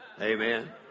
Amen